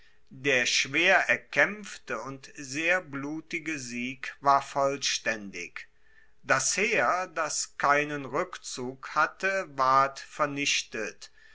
der schwer erkaempfte und sehr blutige sieg war vollstaendig das heer das keinen rueckzug hatte ward vernichtet